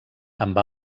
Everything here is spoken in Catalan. amb